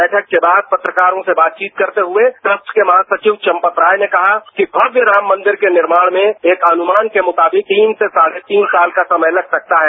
बैठक के बाद पत्रकारों सेवातचीत करते हुए ट्रस्ट के महासचिव चंपत राय ने कहा कि भव्य राम मंदिर के निर्माण मेएक अनुमान के मुताबिक तीन से साढ़े तीन साल का समय लग सकता है